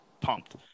pumped